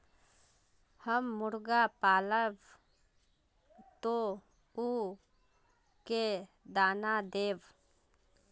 हम मुर्गा पालव तो उ के दाना देव?